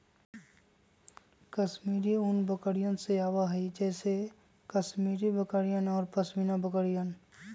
कश्मीरी ऊन बकरियन से आवा हई जैसे कश्मीरी बकरियन और पश्मीना बकरियन